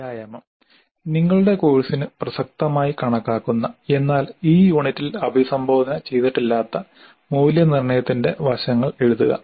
വ്യായാമം നിങ്ങളുടെ കോഴ്സിന് പ്രസക്തമായി കണക്കാക്കുന്ന എന്നാൽ ഈ യൂണിറ്റിൽ അഭിസംബോധന ചെയ്തിട്ടില്ലാത്ത മൂല്യനിർണ്ണയത്തിന്റെ വശങ്ങൾ എഴുതുക